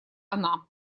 она